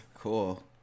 Cool